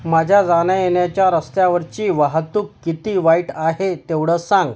माझ्या जाण्यायेण्याच्या रस्त्यावरची वाहतूक किती वाईट आहे तेवढं सांग